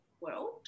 world